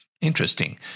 Interesting